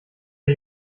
der